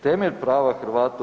Temelj prava Hrvata u